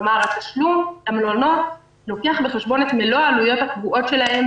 כלומר התשלום למלונות לוקח בחשבון את מלוא העלויות הקבועות שלהם,